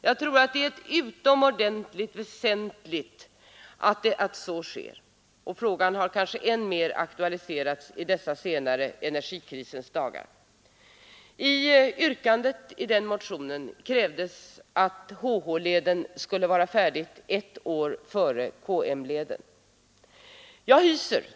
Jag tror att det är utomordentligt väsentligt att så sker, och frågan har kanske än mer aktualiserats i dessa de senaste dagarna av energikris. I motionen krävs att HH-leden skall vara färdig ett år före KM-leden.